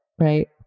right